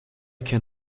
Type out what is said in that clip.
can